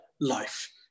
life